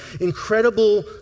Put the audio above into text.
incredible